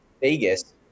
Vegas